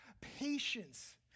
patience